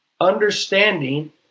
Understanding